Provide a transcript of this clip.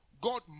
God